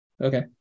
Okay